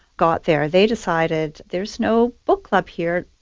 got there, they decided there is no book club here,